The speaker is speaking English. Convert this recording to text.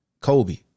Kobe